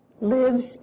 lives